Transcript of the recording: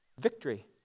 Victory